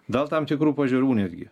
dėl tam tikrų pažiūrų netgi